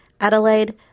Adelaide